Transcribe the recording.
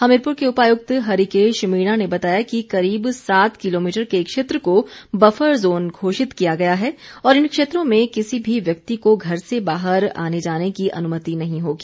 हमीरपुर के उपायुक्त हरिकेश मीणा ने बताया कि करीब सात किलोमीटर के क्षेत्र को बफर जोन घोषित किया गया है और इन क्षेत्रों में किसी भी व्यक्ति को घर से बाहर आने जाने की अनुमति नहीं होगी